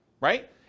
right